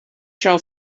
shall